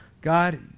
God